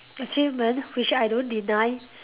achievement which I don't deny